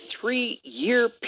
three-year